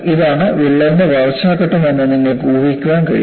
ഇതാണ് വിള്ളലിന്റെ വളർച്ചാ ഘട്ടം എന്ന് നിങ്ങൾക്ക് ഊഹിക്കാൻ കഴിയും